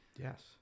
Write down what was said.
Yes